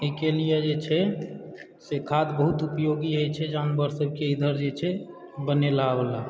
एहिके लिए जे छै से खाद बहुत उपयोगी होयत छै जानवर सभके इधर जे छै बनेलहा वाला